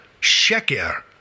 sheker